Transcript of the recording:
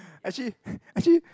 actually ppo actually